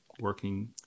working